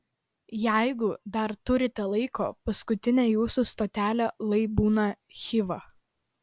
jeigu dar turite laiko paskutinė jūsų stotelė lai būna chiva